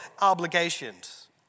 obligations